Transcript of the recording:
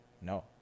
No